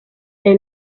est